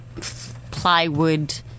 plywood